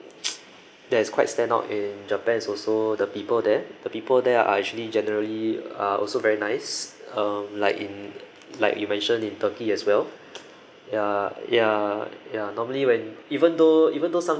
that is quite standout in japan is also the people there the people there are actually generally are also very nice um like in like you mentioned in turkey as well ya ya ya normally when even though even though some